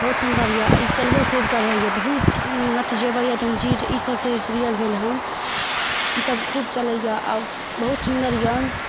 बहुत सुन्दर यऽ ई चलबो खूब करै यऽ बहुत मथजेवर जंजीर ईसब फेर सीरियल भेल हन ईसब खूब चलैयऽ आओर बहुत सुन्दर यऽ